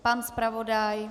Pan zpravodaj?